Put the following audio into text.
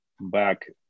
back